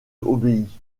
obéit